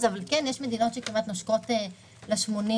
אבל יש מדינות שכמעט נושקות ל-80%.